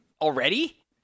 already